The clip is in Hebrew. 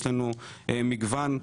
ויש לנו מגוון כלים.